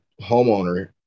homeowner